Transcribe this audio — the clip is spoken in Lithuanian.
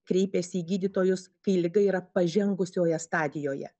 kreipiasi į gydytojus kai liga yra pažengusioje stadijoje